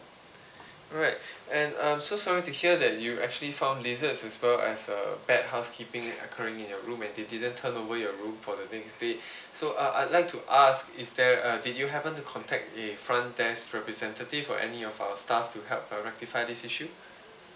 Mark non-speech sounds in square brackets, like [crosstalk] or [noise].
alright and um so sorry to hear that you actually found lizard as well as uh bad housekeeping occurring in your room and they didn't turn over your room for the next day [breath] so uh I like to ask is there uh did you happen to contact the front desk representative for any of our staff to help uh rectify this issue